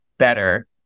better